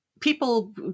people